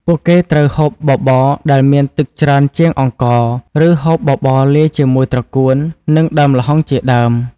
ពួកគេត្រូវហូបបបរដែលមានទឹកច្រើនជាងអង្ករ ឬហូបបបរលាយជាមួយត្រកួន និង ដើមល្ហុងជាដើម។